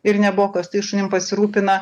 ir nebuvo kas tais šunim pasirūpina